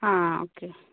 ആ ഓക്കേ